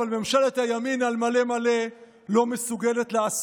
אבל ממשלת הימין על מלא מלא לא מסוגלת